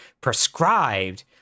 prescribed